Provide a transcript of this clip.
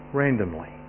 randomly